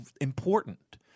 important